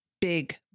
big